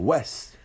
West